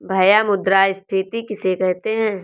भैया मुद्रा स्फ़ीति किसे कहते हैं?